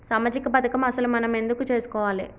సామాజిక పథకం అసలు మనం ఎందుకు చేస్కోవాలే?